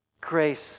Grace